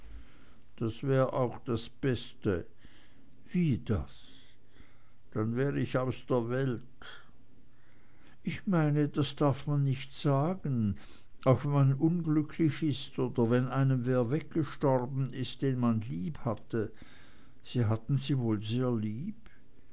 das wäre auch das beste wie das dann wär ich aus der welt ich meine das darf man nicht sagen auch wenn man unglücklich ist oder wenn einem wer gestorben ist den man liebhatte sie hatten sie wohl sehr lieb